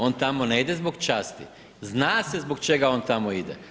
On tamo ne ide zbog časti, zna se zbog čega on tamo ide.